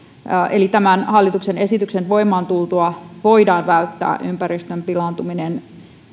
eli tämän hallituksen esityksen voimaan tultua voidaan välttää ympäristön pilaantuminen